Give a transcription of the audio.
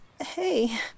Hey